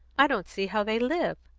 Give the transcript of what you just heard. i don't see how they live!